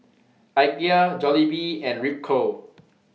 Ikea Jollibee and Ripcurl